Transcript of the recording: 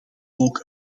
ook